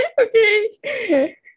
Okay